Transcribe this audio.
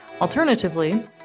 Alternatively